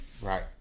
Right